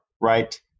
right